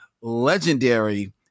legendary